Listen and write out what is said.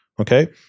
Okay